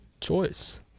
choice